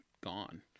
gone